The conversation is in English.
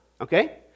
okay